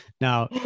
Now